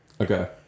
okay